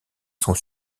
sont